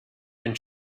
and